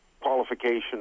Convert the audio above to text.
qualification